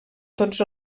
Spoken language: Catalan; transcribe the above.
tots